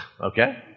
Okay